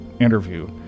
interview